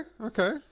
okay